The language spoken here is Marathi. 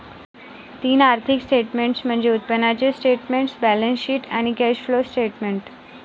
तीन आर्थिक स्टेटमेंट्स म्हणजे उत्पन्नाचे स्टेटमेंट, बॅलन्सशीट आणि कॅश फ्लो स्टेटमेंट